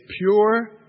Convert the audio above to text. pure